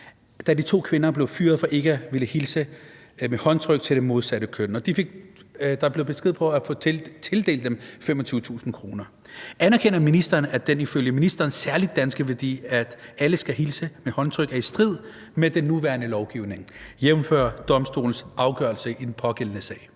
da de to kvinder blev fyret for ikke at ville hilse med håndtryk til det modsatte køn. De fik besked på, at der var tildelt dem 25.000 kr. Anerkender ministeren, at den ifølge ministeren særlig danske værdi, at alle skal hilse med håndtryk, er i strid med den nuværende lovgivning, jf. domstolens afgørelse i den pågældende sag?